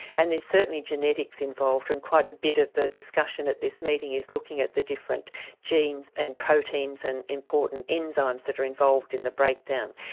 and there's certainly genetics involved and quite a bit of the discussion at this meeting is looking at the different genes and proteins and important enzymes that are involved in the breakdown.